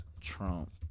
trump